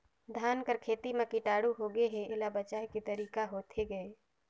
धान कर खेती म कीटाणु होगे हे एला बचाय के तरीका होथे गए?